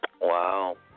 Wow